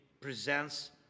presents